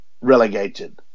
relegated